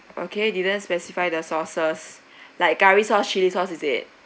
okay didn't specify the sauces like curry sauce chilli sauce is it